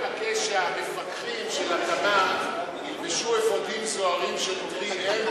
אפשר לבקש שהמפקחים של התמ"ת ילבשו אפודים זוהרים של M3?